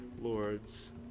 lord's